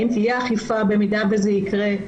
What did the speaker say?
האם תהיה אכיפה במידה שזה יקרה,